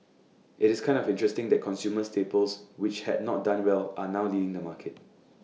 IT is kind of interesting that consumer staples which had not done well are now leading the market